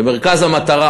במרכז המטרה.